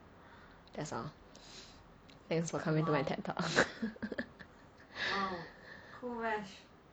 that's all thanks for coming into my ted talk